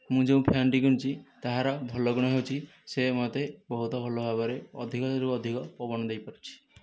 ମୁଁ ଯେଉଁ ଫ୍ୟାନ୍ଟି କିଣିଛି ତାହାର ଭଲ ଗୁଣ ହେଉଛି ସେ ମୋତେ ବହୁତ ଭଲ ଭାବରେ ଅଧିକରୁ ଅଧିକ ପବନ ଦେଇପାରୁଛି